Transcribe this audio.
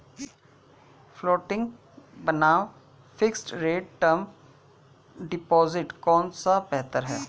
Floating बनाम fixed rate term deposit कौन सा बेहतर है?